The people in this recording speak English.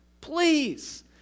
please